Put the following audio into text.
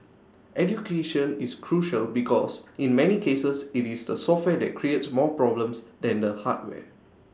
education is crucial because in many cases IT is the software that create more problems than the hardware